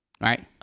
right